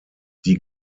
die